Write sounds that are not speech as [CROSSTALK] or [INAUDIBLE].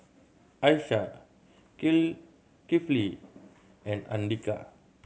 Aishah [UNINTELLIGIBLE] Kifli and Andika